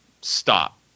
stop